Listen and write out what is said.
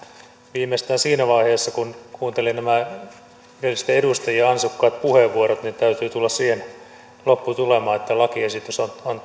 viimeistään siinä vaiheessa kun kuunteli nämä edellisten edustajien ansiokkaat puheenvuorot täytyy tulla siihen lopputulemaan että lakiesitys on